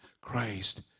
Christ